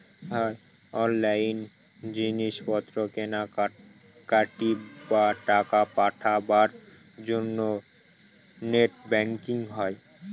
online জিনিস পত্র কেনাকাটি, বা টাকা পাঠাবার জন্য নেট ব্যাঙ্কিং হয়